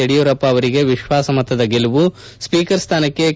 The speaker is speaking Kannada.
ಯಡಿಯೂರಪ್ಪ ಅವರಿಗೆ ವಿಶ್ವಾಸಮತದ ಗೆಲುವು ಸ್ಪೀಕರ್ ಸ್ಲಾನಕ್ಷೆ ಕೆ